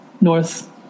north